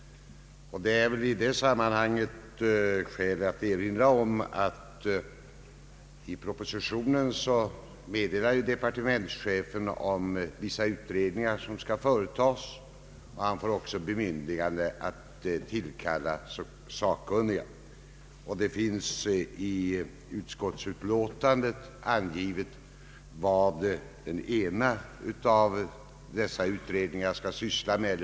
Det är väl i det sammanhanget skäl att erinra om att departementschefen i propositionen meddelar att vissa utredningar skall företas och att han har fått bemyndigande att tillkalla sakkunniga. I utskottsutlåtandet finns angivet vad dessa utredningar skall syssla med.